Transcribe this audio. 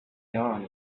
dawn